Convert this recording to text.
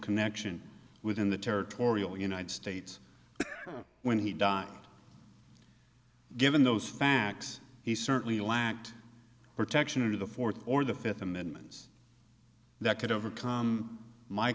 connection within the territorial united states when he died given those facts he certainly lacked protection of the fourth or the fifth amendments that could overcome my